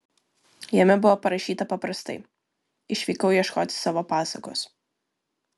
jame buvo parašyta paprastai išvykau ieškoti savo pasakos